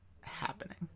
happening